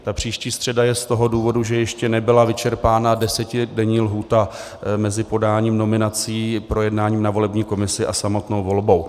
Ta příští středa je z toho důvodu, že ještě nebyla vyčerpána desetidenní lhůta mezi podáním nominací, projednáním ve volební komisi a samotnou volbou.